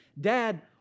Dad